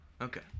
Okay